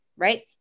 Right